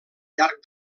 llarg